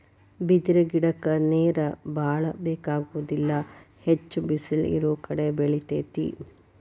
ಬಿದಿರ ಗಿಡಕ್ಕ ನೇರ ಬಾಳ ಬೆಕಾಗುದಿಲ್ಲಾ ಹೆಚ್ಚ ಬಿಸಲ ಇರುಕಡೆ ಬೆಳಿತೆತಿ